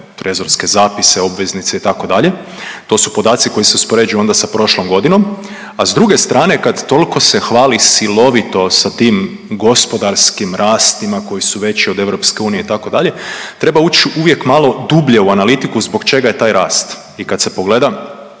trezorske zapise, obveznice, itd. To su podaci koji se uspoređuju onda sa prošlom godinom, a s druge strane, kad toliko se hvali silovito sa tim gospodarskim rastima koji su veći od Europske unije itd., treba uć uvijek malo dublje u analitiku zbog čega je taj rast. I kad se pogleda